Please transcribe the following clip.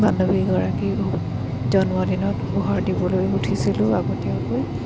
বান্ধৱীগৰাকীও জন্মদিনত উপহাৰ দিবলৈ গুঠিছিলোঁ আগতীয়াকৈ